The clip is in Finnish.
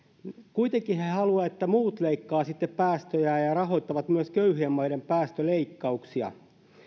kuitenkin he haluavat että muut leikkaavat sitten päästöjään ja rahoittavat myös köyhien maiden päästöleikkauksia